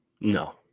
No